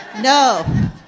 No